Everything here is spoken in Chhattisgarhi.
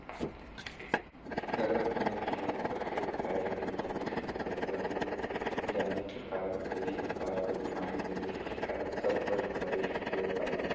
सरलग समे समे उपर खेत खाएर में कोनो किसिम कर बन जामे कर कारन कइयो परकार कर बेमारी लगे कर कारन सब कर घरे इस्पेयर पाबे